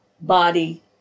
body